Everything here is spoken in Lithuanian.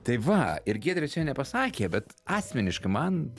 tai va ir giedrė čia nepasakė bet asmeniškai man